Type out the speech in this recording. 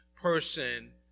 person